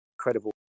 Incredible